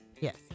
Yes